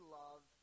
love